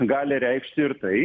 gali reikšti ir tai